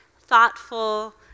thoughtful